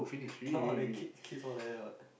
now all the kid kids all like that